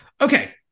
Okay